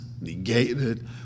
negated